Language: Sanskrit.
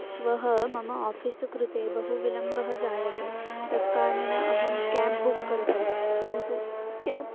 श्वः मम आफ़ीसु कृते बहु विलम्बः जायते तत्काणेन अहं क्याब् बुक् करोमि किन्तु क्याब्